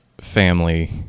family